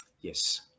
Yes